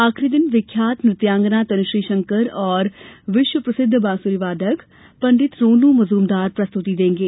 आखरी दिन विख्यात नृत्यांगना तनुश्री शंकर और विश्व प्रसिद्ध बांसुरी वादक पंडित रोनू मजूमदार प्रस्तुति देंगे